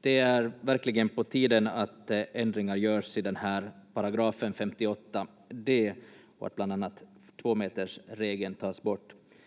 Det är verkligen på tiden att ändringar görs i den här paragrafen, 58 d, och att bland annat tvåmetersregeln tas bort.